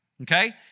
okay